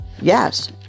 Yes